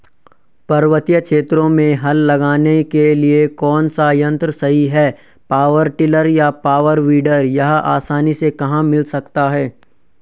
पर्वतीय क्षेत्रों में हल लगाने के लिए कौन सा यन्त्र सही है पावर टिलर या पावर वीडर यह आसानी से कहाँ मिल सकता है?